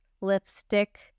lipstick